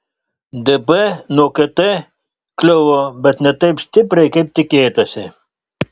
dp nuo kt kliuvo bet ne taip stipriai kaip tikėtasi